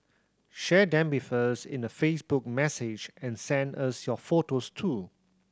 share them with us in a Facebook message and send us your photos too